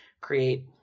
create